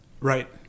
Right